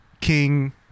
king